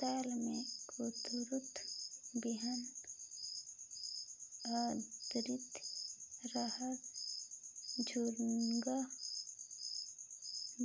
दाल मे कुरथी बिहान, उरीद, रहर, झुनगा,